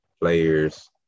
players